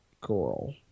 Girl